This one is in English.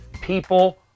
people